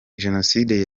jenoside